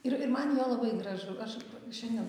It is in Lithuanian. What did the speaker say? ir ir man jo labai gražu aš šiandien